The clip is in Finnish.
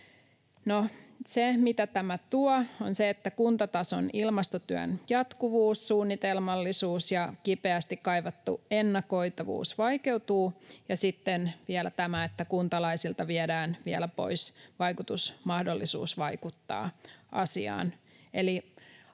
se, mitä tämä tuo, on se, että kuntatason ilmastotyön jatkuvuus, suunnitelmallisuus ja kipeästi kaivattu ennakoitavuus vaikeutuvat, ja sitten vielä tämä, että kuntalaisilta viedään pois mahdollisuus vaikuttaa asiaan.